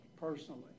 personally